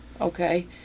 Okay